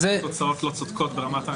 גם תוצאות לא צודקות ברמת הענישה.